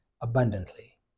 abundantly